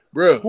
Bro